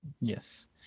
yes